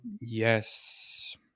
Yes